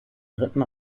dritten